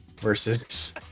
versus